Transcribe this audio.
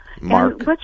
Mark